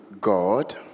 God